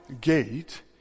gate